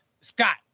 Scott